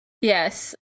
Yes